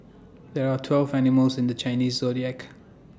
there are twelve animals in the Chinese Zodiac